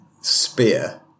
spear